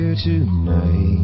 Tonight